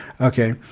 Okay